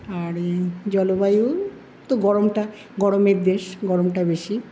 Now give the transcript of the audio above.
আর এই জলবায়ু তো গরমটা গরমের দেশ গরমটা বেশি